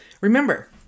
Remember